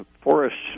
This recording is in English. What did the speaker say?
forests